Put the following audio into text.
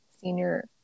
senior